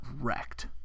wrecked